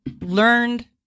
learned